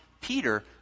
Peter